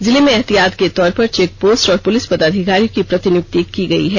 जिले में एहतियात के तौर पर चेक पोस्ट और पुलिस पदाधिकारियों की प्रतिनियुक्ती की गई है